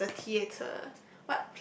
such as the theater